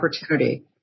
opportunity